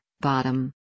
bottom